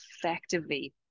effectively